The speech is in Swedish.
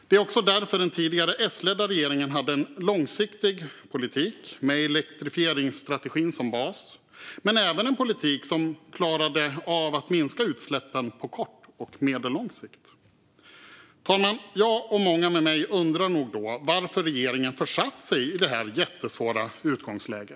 Det var också därför den tidigare S-ledda regeringen hade en långsiktig politik med elektrifieringsstrategin som bas. Man hade även en politik som klarade av att minska utsläppen på kort och medellång sikt. Fru talman! Jag och många med mig undrar nog varför regeringen då har försatt sig i detta jättesvåra utgångsläge.